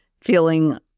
feeling